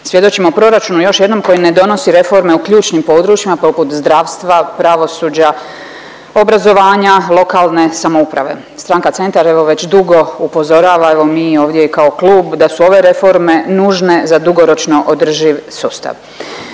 Svjedočimo proračunu još jednom koji ne donosi reforme u ključnim područjima poput zdravstva, pravosuđa, obrazovanja, lokalne samouprave. Stranka Centar evo već dugo upozorava evo mi ovdje i kao klub da su ove reforme nužne za dugoročno održiv sustav.